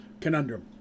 conundrum